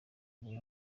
mbuga